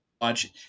watch